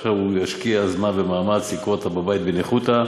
שעכשיו ישקיע זמן ומאמץ לקרוא אותן בבית בניחותא,